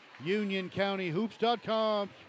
UnionCountyHoops.com